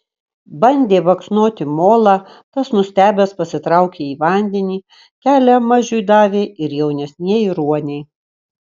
bandė baksnoti molą tas nustebęs pasitraukė į vandenį kelią mažiui davė ir jaunesnieji ruoniai